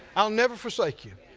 i'll never forsake you?